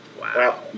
Wow